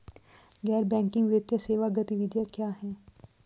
गैर बैंकिंग वित्तीय सेवा गतिविधियाँ क्या हैं?